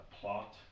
plot